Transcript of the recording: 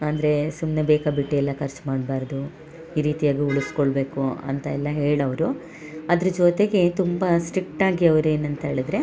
ಅಂದರೆ ಸುಮ್ಮನೆ ಬೇಕಾಬಿಟ್ಟಿ ಎಲ್ಲ ಖರ್ಚು ಮಾಡಬಾರ್ದು ಈ ರೀತಿಯಾಗೂ ಉಳಿಸ್ಕೊಳ್ಬೇಕು ಅಂತ ಎಲ್ಲ ಹೇಳೋವ್ರು ಅದ್ರ ಜೊತೆಗೆ ತುಂಬ ಸ್ಟ್ರಿಕ್ಟಾಗಿ ಅವ್ರು ಏನಂತ ಹೇಳದ್ರೆ